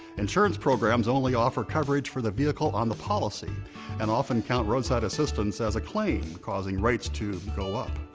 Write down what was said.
insurance programs only offer coverage for the vehicle on the policy and often count roadside assistance as a claim, causing rates to go up.